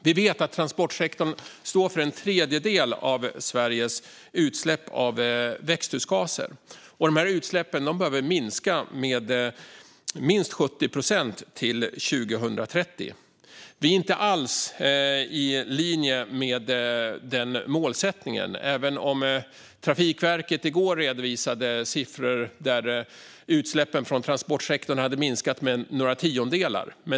Vi vet att transportsektorn står för en tredjedel av Sveriges utsläpp av växthusgaser. De här utsläppen behöver minska med minst 70 procent till 2030. Vi är inte alls i linje med den målsättningen, även om Trafikverket i går redovisade siffror där utsläppen från transportsektorn hade minskat med några tiondelar.